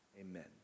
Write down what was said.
Amen